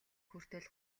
хүртэл